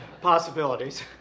possibilities